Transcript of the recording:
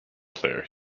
player